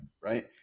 right